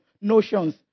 notions